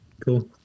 Cool